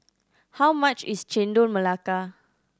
how much is Chendol Melaka